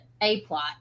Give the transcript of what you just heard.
A-plot